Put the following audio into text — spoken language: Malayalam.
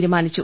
തീരുമാനിച്ചു